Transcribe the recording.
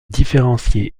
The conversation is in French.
différencier